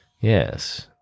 Yes